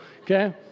okay